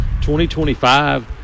2025